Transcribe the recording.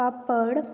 पापड